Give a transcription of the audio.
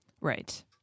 Right